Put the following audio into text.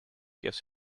gives